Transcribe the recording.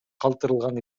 калтырылган